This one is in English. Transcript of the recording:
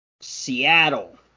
Seattle